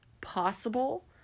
possible